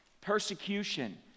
persecution